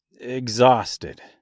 exhausted